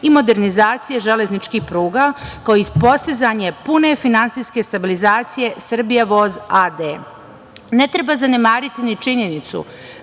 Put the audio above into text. i modernizacije železničkih pruga, kao i postizanje pune finansijske stabilizacije Srbija voz a.d.Ne treba zanemariti ni činjenicu